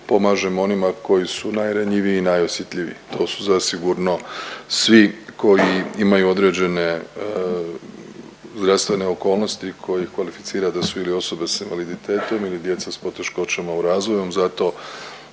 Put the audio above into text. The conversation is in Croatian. pomažemo onima koji su najranjiviji i najosjetljiviji. To su zasigurno svi koji imaju određene zdravstvene okolnosti koje ih kvalificira da su ili osobe s invaliditetom ili djeca s poteškoćama u razvoju.